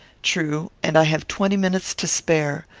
true. and i have twenty minutes to spare.